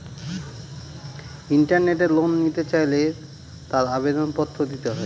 ইন্টারনেটে লোন নিতে চাইলে তার আবেদন পত্র দিতে হয়